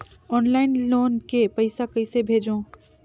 Online loan के पईसा कइसे भेजों?